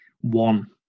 one